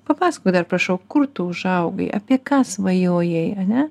papasakok dar prašau kur tu užaugai apie ką svajojai ar ne